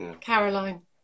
Caroline